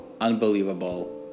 unbelievable